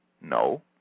No